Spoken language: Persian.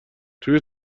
توی